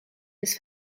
his